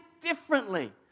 differently